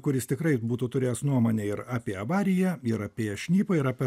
kuris tikrai būtų turėjęs nuomonę ir apie avariją ir apie šnipą ir apie